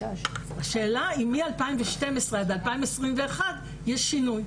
השאלה היא האם מאז 2012 ועד 2021 יש שינוי?